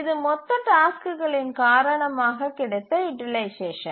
இது மொத்த டாஸ்க்குகளின் காரணமாக கிடைத்த யூட்டிலைசேஷன்